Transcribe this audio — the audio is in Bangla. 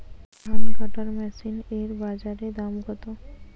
ধান কাটার মেশিন এর বাজারে দাম কতো?